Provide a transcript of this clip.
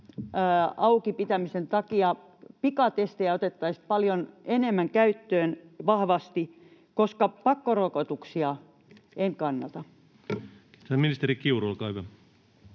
auki pitämisen takia pikatestejä otettaisiin paljon enemmän käyttöön vahvasti, koska pakkorokotuksia en kannata. [Speech 171] Speaker: